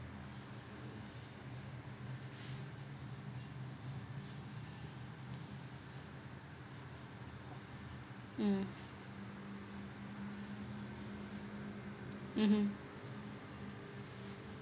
mm mmhmm